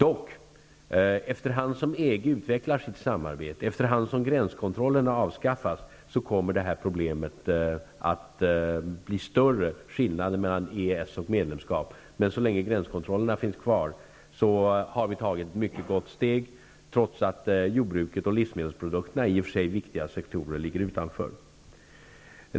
Men efter hand som EG utvecklar sitt samarbete och gränskontrollerna avskaffas så kommer det här problemet att bli större -- skillnaden mellan EES avtalet och ett medlemskap i EG. Så länge gränskontrollerna finns kvar har vi tagit ett mycket bra steg trots att jordbruket och livsmedelsproduktionen -- som i och för sig är viktiga sektorer -- ligger utanför.